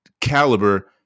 caliber